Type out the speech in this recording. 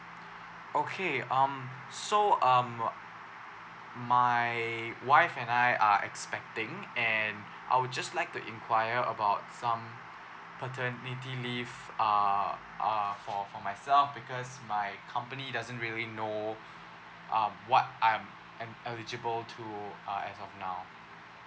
okay um so um my wife and I are expecting and I would just like to inquire about some paternity leave uh uh for myself because my company doesn't really know um what I'm I'm eligible to uh as of now